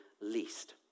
least